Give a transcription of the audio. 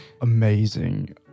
amazing